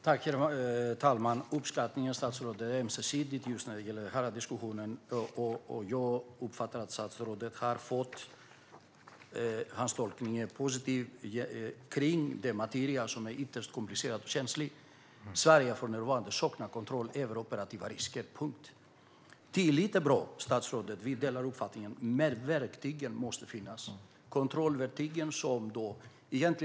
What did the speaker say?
Herr talman! Uppskattningen, statsrådet, är ömsesidig när det gäller denna diskussion. Jag uppfattar att statsrådet tolkar mig positivt vad gäller den materia som är ytterst komplicerad och känslig. Sverige saknar för närvarande kontroll över operativa risker. Punkt. Tillit är bra, statsrådet. Vi delar den uppfattningen, men kontrollverktygen måste finnas.